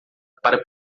para